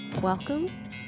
Welcome